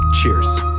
Cheers